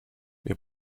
wir